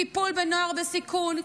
טיפול בנוער בסיכון,